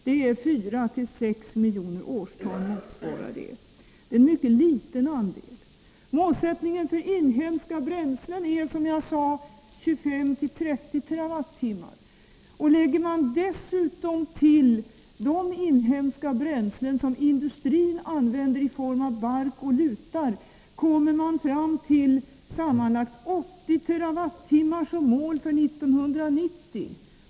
Detta motsvarar 4-6 miljoner årston, som är en mycket liten andel. Målsättningen för inhemska bränslen är, som sagt, 25-30 TWh. Lägger man dessutom till de inhemska bränslen som industrin använder i form av bark och lutar, kommer man fram till sammanlagt 80 TWh som mål för 1990.